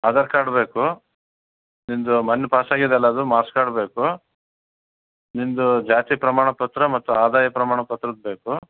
Aadhaar card ಬೇಕು ನಿನ್ನದು ಮೊನ್ನೆ ಪಾಸಾಗ್ಯದಲ್ಲ ಅದು ಮಾರ್ಕ್ಸ್ ಕಾರ್ಡ್ ಬೇಕು ನಿನ್ನದು ಜಾತಿ ಪ್ರಮಾಣ ಪತ್ರ ಮತ್ತು ಆದಾಯ ಪ್ರಮಾಣ ಪತ್ರ ಬೇಕು